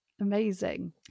Amazing